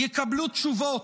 יקבלו תשובות.